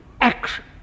action